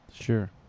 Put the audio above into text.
Sure